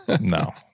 no